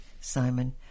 Simon